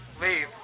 leave